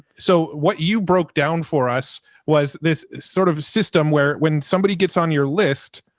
so what you broke down for us was this sort of system where when somebody gets on your list,